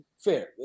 Fair